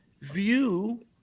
view